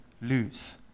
lose